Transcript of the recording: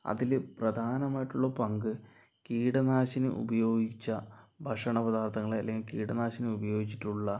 അതിൽ പ്രധാനമായിട്ടുള്ള പങ്ക് കീടനാശിനി ഉപയോഗിച്ച ഭക്ഷണ പദാർത്ഥങ്ങൾ അല്ലെങ്കിൽ കീടനാശിനി ഉപയോഗിച്ചിട്ടുള്ള